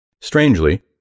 Strangely